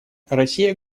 россия